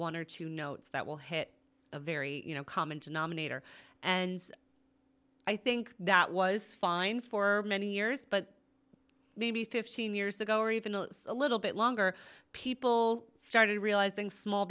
one or two notes that will hit a very you know common denominator and i think that was fine for many years but maybe fifteen years ago or even a little bit longer people started realizing small